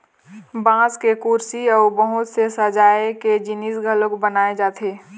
बांस के कुरसी अउ बहुत से सजाए के जिनिस घलोक बनाए जाथे